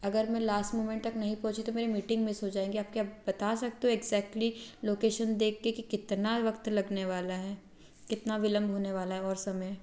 अगर मैं last moment तक नहीं पहुंची तो मेरी मीटिंग मिस हो जाएगी आप क्या बता सकते हो एक्ज़ेक्टली लोकेशन देख कर कि कितना वक़्त लगने वाला है कितना विलंब होने वाला है और समय